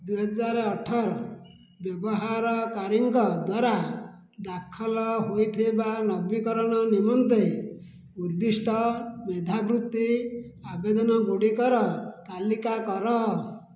ଦୁଇ ହଜାର ଅଠର ବ୍ୟବହାରକାରୀଙ୍କ ଦ୍ଵାରା ଦାଖଲ ହୋଇଥିବା ନବୀକରଣ ନିମନ୍ତେ ଉଦ୍ଦିଷ୍ଟ ମେଧାବୃତ୍ତି ଆବେଦନଗୁଡ଼ିକର ତାଲିକା କର